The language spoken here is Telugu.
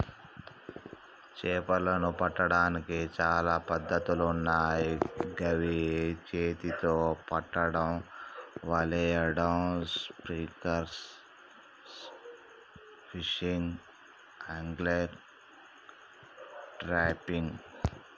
చేపలను పట్టడానికి చాలా పద్ధతులున్నాయ్ గవి చేతితొ పట్టడం, వలేయడం, స్పియర్ ఫిషింగ్, ఆంగ్లిగ్, ట్రాపింగ్